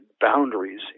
boundaries